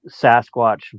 Sasquatch